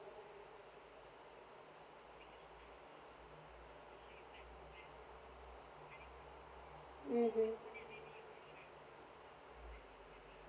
mmhmm